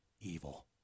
evil